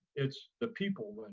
it's the people win.